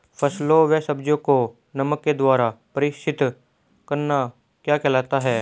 फलों व सब्जियों को नमक के द्वारा परीक्षित करना क्या कहलाता है?